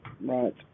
Right